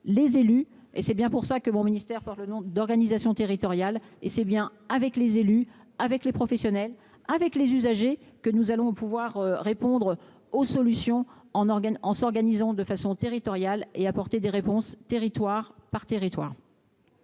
les élus, et c'est bien pour ça que mon ministère par le nom d'organisation territoriale et c'est bien avec les élus, avec les professionnels, avec les usagers que nous allons pouvoir répondre aux solutions en organes en s'organisant de façon territoriale et apporter des réponses, territoire par territoire.